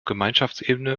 gemeinschaftsebene